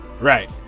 Right